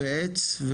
עץ,